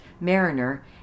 mariner